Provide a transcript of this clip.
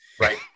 Right